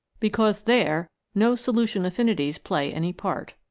because there no solution affinities play any part,